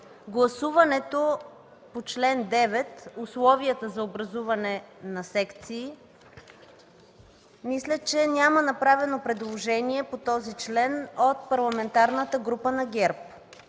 гласуването по чл. 9 – условията за образуване на секции, мисля че няма направено предложение по този член от Парламентарната група на ГЕРБ.